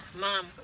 mom